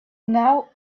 now